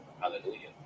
Hallelujah